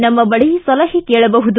ನಮ್ನ ಬಳಿ ಸಲಹೆ ಕೇಳಬಹುದು